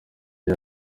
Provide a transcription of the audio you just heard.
iyo